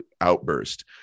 outburst